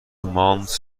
مانتس